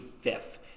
fifth